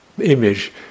image